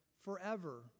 forever